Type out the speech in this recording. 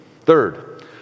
third